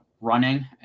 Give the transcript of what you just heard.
running